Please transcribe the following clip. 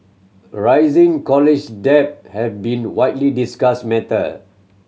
rising college debt has been widely discussed matter